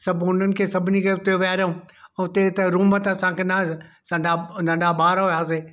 सभु उननि खे सभिनि खे उते वेहारियों उते त रूम त असांखे न हुआसि सन्ना नंढा ॿार हुआसीं